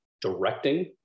directing